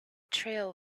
trail